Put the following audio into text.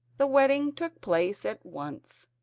the wedding took place at once,